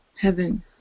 heaven